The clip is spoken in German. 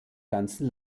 ganzen